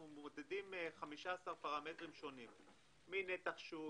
אנחנו מודדים 15 פרמטרים שונים: נתח שוק,